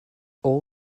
all